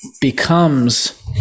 becomes